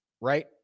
right